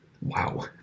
Wow